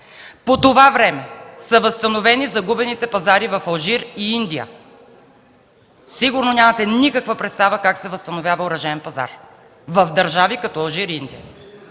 По това време са възстановени загубените пазари в Алжир и Индия. Сигурно нямате никаква представа как се възстановява оръжеен пазар в държави като Алжир и Индия.